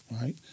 right